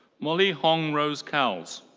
molly hong rose cowls.